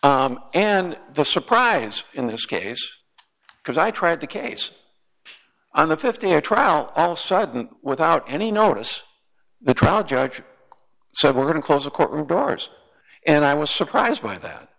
and the surprise in this case because i tried the case on the th their trial all sudden without any notice the trial judge said we're going to close the courtroom doors and i was surprised by that